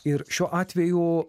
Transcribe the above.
ir šiuo atveju